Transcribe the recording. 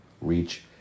reach